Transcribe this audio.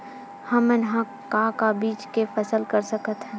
हमन ह का का बीज के फसल कर सकत हन?